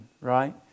right